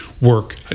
work